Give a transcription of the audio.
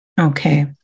Okay